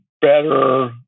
better